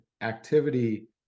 activity